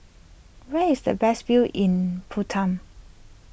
where is the best view in Bhutan